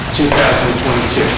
2022